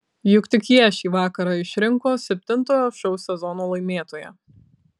juk tik jie šį vakarą išrinko septintojo šou sezono laimėtoją